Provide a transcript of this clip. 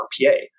RPA